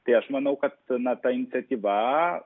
tai aš manau kad na ta iniciatyva